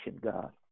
God